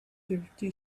thirty